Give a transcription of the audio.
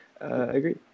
agree